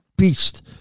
beast